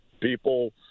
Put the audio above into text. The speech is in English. people